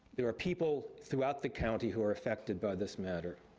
there are people throughout the county who are affected by this matter.